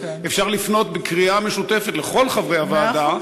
אז אפשר לפנות בקריאה משותפת לכל חברי הוועדה,